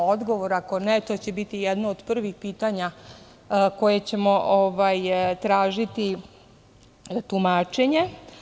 Ako ne, to će biti jedno od prvih pitanja gde ćemo tražiti tumačenje.